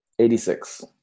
86